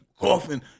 coughing